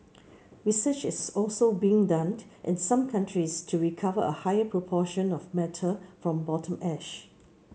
research is also being done in some countries to recover a higher proportion of metal from bottom ash